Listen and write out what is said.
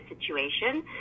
situation